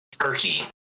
Turkey